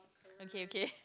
okay okay